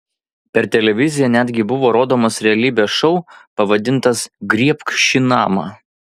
per televiziją netgi buvo rodomas realybės šou pavadintas griebk šį namą